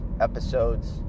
episodes